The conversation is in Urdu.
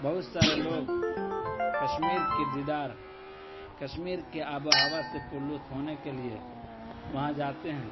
بہت سارے لوگ کشمیر کی دیدار کشمیر کے آب و ہوا سے پرلطف ہونے کے لیے وہاں جاتے ہیں